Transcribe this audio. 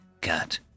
cat